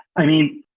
i mean,